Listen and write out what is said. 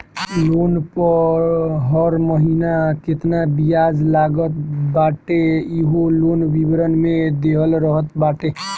loan पअ हर महिना केतना बियाज लागत बाटे इहो लोन विवरण में देहल रहत बाटे